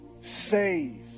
Save